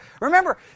Remember